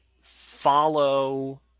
follow